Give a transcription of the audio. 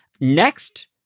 next